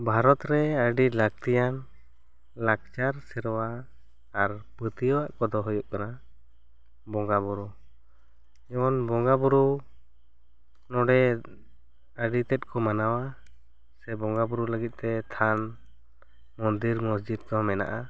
ᱵᱷᱟᱨᱚᱛ ᱨᱮ ᱟᱹᱰᱤ ᱞᱟᱹᱠᱛᱤᱭᱟᱱ ᱞᱟᱠᱪᱟᱨ ᱥᱮᱨᱣᱟ ᱟᱨ ᱯᱟᱹᱛᱤᱭᱟᱹᱣᱟᱜ ᱠᱚ ᱫᱚ ᱦᱩᱭᱩᱜ ᱠᱟᱱᱟ ᱵᱚᱸᱜᱟ ᱵᱳᱨᱳ ᱮᱢᱚᱱ ᱵᱚᱸᱜᱟ ᱵᱳᱨᱳ ᱱᱚᱸᱰᱮ ᱟᱹᱵᱤ ᱛᱮᱫ ᱠᱚ ᱢᱟᱱᱟᱣᱟ ᱥᱮ ᱵᱚᱸᱜᱟ ᱵᱳᱨᱳ ᱞᱟᱹᱜᱤᱫ ᱛᱮ ᱛᱷᱟᱱ ᱢᱚᱱᱫᱤᱨ ᱢᱚᱥᱡᱤᱫᱽ ᱠᱚ ᱢᱮᱱᱟᱜᱼᱟ